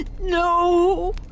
No